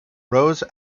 rose